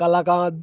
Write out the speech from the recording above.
kalakand